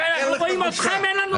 כשאנחנו רואים אתכם אין לנו בושה.